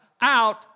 out